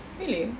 really